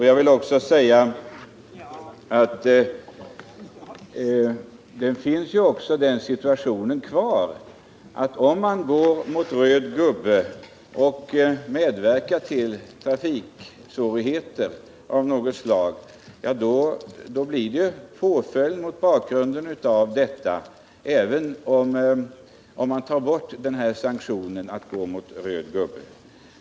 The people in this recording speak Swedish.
Jag vill också betona att den bestämmelsen fortfarande finns kvar att om man går mot röd gubbe och medverkar till trafiksvårigheter av något slag, då blir det påföljd — även om vi tar bort själva straffet för att gå mot röd gubbe.